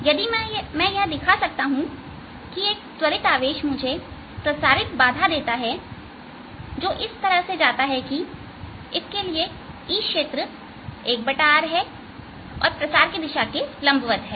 यदि मैं यह दिखा सकता हूं कि एक त्वरित आवेश मुझे प्रसारित बाधा देता है जो इस तरह जाता है कि इसके लिए E क्षेत्र 1r है और प्रसार के दिशा के लंबवत है